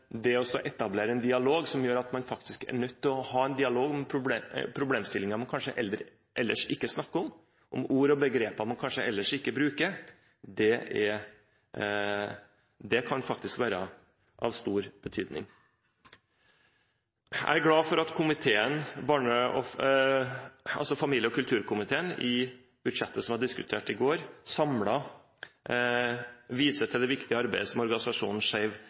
det å etablere en dialog som gjør at man faktisk er nødt til å ha en dialog om problemstillinger man kanskje ellers ikke snakker om, om ord og begreper man kanskje ellers ikke bruker, kan faktisk være av stor betydning. Jeg er glad for at familie- og kulturkomiteen i budsjettet som vi diskuterte i går, samlet viser til det viktige arbeidet som organisasjonen